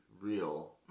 real